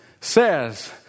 says